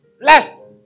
Bless